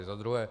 Za druhé.